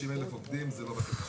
50,000 עובדים זה לא בטל בשישים.